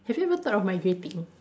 have you ever thought of migrating